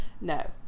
no